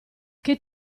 che